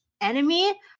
enemy